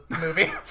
movie